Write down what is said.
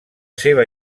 seva